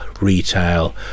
retail